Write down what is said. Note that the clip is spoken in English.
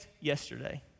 yesterday